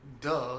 Duh